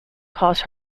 cause